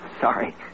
Sorry